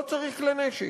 לא צריך כלי נשק.